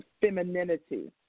femininity